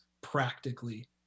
practically